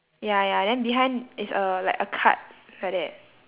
ya ya then behind is like a like a cart like that